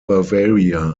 bavaria